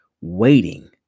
waiting